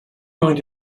going